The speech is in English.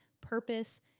purpose